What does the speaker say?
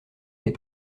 les